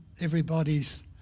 everybody's